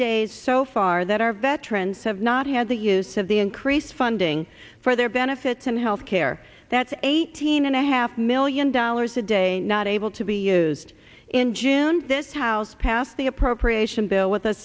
days so far that our veterans have not had the use of the increased funding for their benefits and health care that's eighteen and a half million dollars a day able to be used in june this house passed the appropriation bill with a